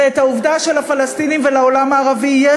ואת העובדה שלפלסטינים ולעולם הערבי יש